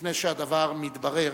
לפני שהדבר מתברר